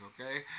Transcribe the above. okay